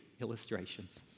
illustrations